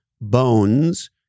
bones